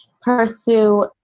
pursue